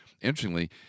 Interestingly